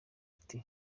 ati